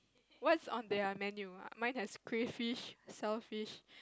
what's on their menu mine has cray fish shell fish